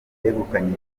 yegukanye